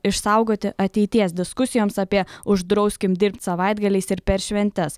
išsaugoti ateities diskusijoms apie uždrauskim dirbt savaitgaliais ir per šventes